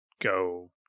go